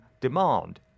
demand